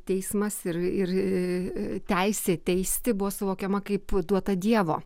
teismas ir ir teisė teisti buvo suvokiama kaip duota dievo